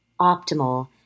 optimal